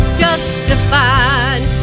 justified